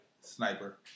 Sniper